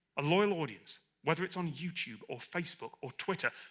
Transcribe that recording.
a loyal audience, whether it's on youtube, or facebook, or twitter,